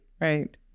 right